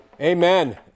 Amen